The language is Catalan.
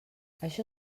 això